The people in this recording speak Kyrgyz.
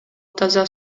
таза